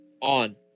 on